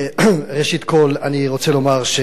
ראשית כול אני רוצה לומר,